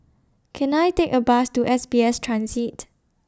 Can I Take A Bus to S B S Transit